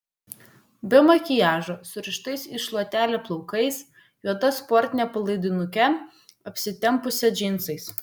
be makiažo surištais į šluotelę plaukais juoda sportine palaidinuke apsitempusią džinsais